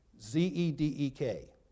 Z-E-D-E-K